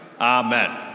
amen